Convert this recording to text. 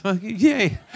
Yay